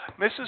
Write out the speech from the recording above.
Mrs